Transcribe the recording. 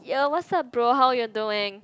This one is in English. yo what's up bro how you doing